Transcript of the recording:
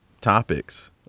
topics